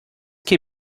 can